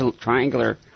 triangular